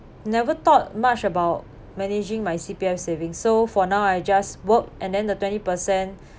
never thought much about managing my C_P_F savings so for now I just work and then the twenty percent